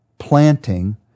planting